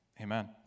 amen